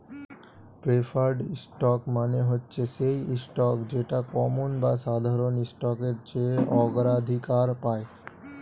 preferred stock মানে হচ্ছে সেই স্টক যেটা কমন বা সাধারণ স্টকের চেয়ে অগ্রাধিকার পায়